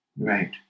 right